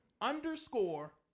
underscore